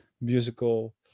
musical